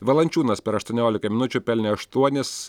valančiūnas per aštuoniolika minučių pelnė aštuonis